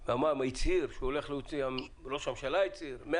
שהאוצר הצהיר וראש הממשלה הצהיר שהוא הולך להוציא 100